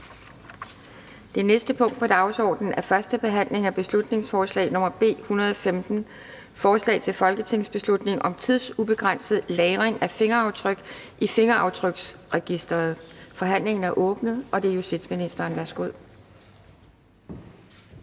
Det næste punkt på dagsordenen er: 16) 1. behandling af beslutningsforslag nr. B 115: Forslag til folketingsbeslutning om tidsubegrænset lagring af fingeraftryk i fingeraftryksregisteret. Af Peter Skaarup (DF) m.fl.